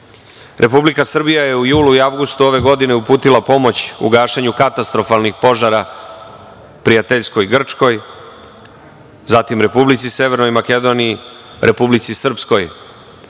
situacija. Republika Srbija je u julu i avgustu ove godine uputila pomoć u gašenju katastrofalnih požara prijateljskoj Grčkoj, zatim Republici Severnoj Makedoniji, Republici Srpskoj